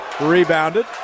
Rebounded